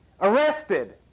arrested